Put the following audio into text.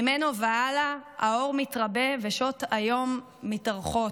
שממנו והלאה האור מתרבה ושעות היום מתארכות.